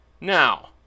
Now